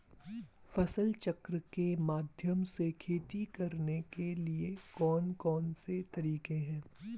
फसल चक्र के माध्यम से खेती करने के लिए कौन कौन से तरीके हैं?